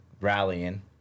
rallying